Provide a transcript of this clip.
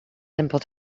simple